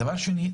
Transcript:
דבר שני,